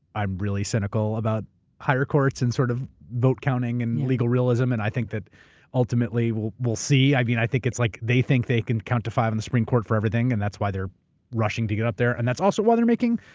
i'm really cynical about higher courts and sort of vote counting and legal realism. and i think that ultimately, we'll we'll see. i mean, i think it's like they think they can count to five on the supreme court for everything and that's why they're rushing to get up there. and that's also why they're making,